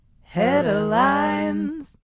Headlines